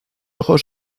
ojos